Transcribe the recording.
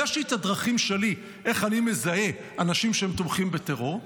יש לי את הדרכים שלי איך אני מזהה אנשים שהם תומכים בטרור,